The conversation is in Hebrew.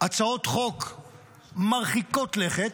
הצעות חוק מרחיקות לכת,